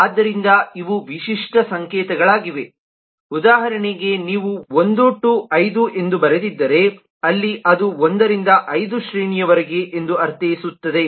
ಆದ್ದರಿಂದ ಇವು ವಿಶಿಷ್ಟ ಸಂಕೇತಗಳಾಗಿವೆ ಉದಾಹರಣೆಗೆ ನೀವು 1 ಟು 5 ಎಂದು ಬರೆದಿದ್ದರೆ ಅಲ್ಲಿ ಅದು 1 ರಿಂದ 5 ಶ್ರೇಣಿಯವರೆಗೆ ಎಂದು ಅರ್ಥೈಸುತ್ತದೆ